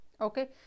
okay